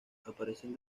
aparecen